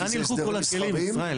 לאן ילכו כל הכלים, ישראל?